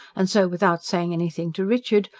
and so, without saying anything to richard,